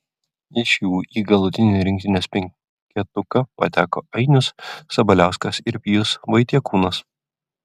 iš jų į galutinį rinktinės penketuką pateko ainius sabaliauskas ir pijus vaitiekūnas